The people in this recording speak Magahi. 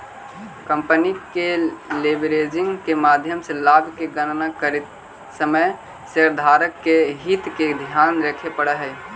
कंपनी के लेवरेजिंग के माध्यम से लाभ के गणना करित समय शेयरधारक के हित के ध्यान रखे पड़ऽ हई